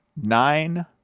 nine